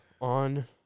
on